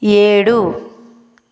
ఏడు